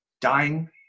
dying